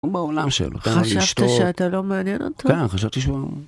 חשבת שאתה לא מעניין אותה? כן, חשבתי שהוא...